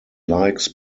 likes